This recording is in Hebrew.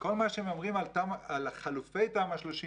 שכל מה שמדברים על חלופי תמ"א 38